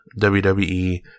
WWE